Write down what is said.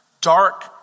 dark